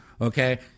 Okay